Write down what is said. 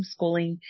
homeschooling